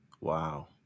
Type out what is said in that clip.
wow